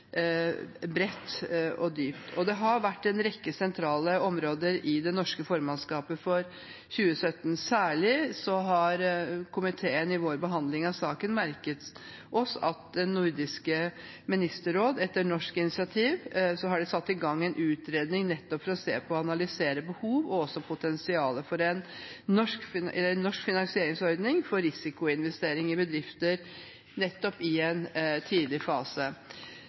bredt og dypt. Det har vært en rekke sentrale områder i det norske formannskapet for 2017. Særlig har komiteen i sin behandling av saken merket seg at Nordisk ministerråd etter norsk initiativ har satt i gang en utredning, nettopp for å se på og analysere behov og potensial for en norsk finansieringsordning for risikoinvestering i bedrifter i en tidlig fase.